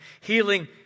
healing